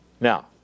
Now